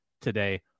today